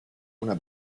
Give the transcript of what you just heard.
una